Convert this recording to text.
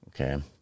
Okay